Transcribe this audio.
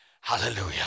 Hallelujah